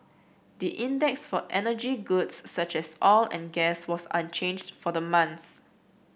the index for energy goods such as oil and gas was unchanged for the month